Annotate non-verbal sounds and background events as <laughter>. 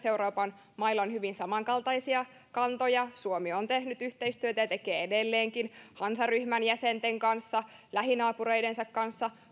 <unintelligible> euroopan mailla on hyvin samankaltaisia kantoja suomi on tehnyt yhteistyötä ja tekee edelleenkin hansaryhmän jäsenten kanssa lähinaapureidensa kanssa